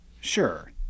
Sure